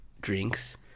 drinks